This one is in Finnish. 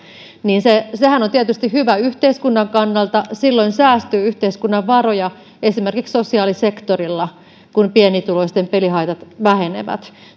niin sehän on tietysti hyvä yhteiskunnan kannalta silloin säästyy yhteiskunnan varoja esimerkiksi sosiaalisektorilla kun pienituloisten pelihaitat vähenevät